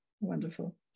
Wonderful